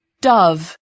Dove